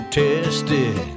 tested